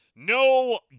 No